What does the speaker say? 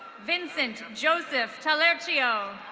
vincent joseph talerggio.